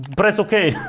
press ok.